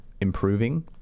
improving